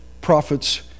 prophets